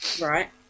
Right